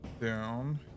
down